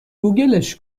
گوگلش